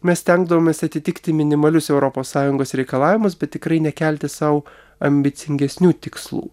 mes stengdavomės atitikti minimalius europos sąjungos reikalavimus bet tikrai nekelti sau ambicingesnių tikslų